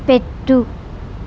పెట్టు